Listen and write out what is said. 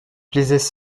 plaisaient